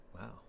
wow